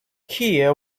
keir